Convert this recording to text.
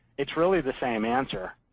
it's really the same answer.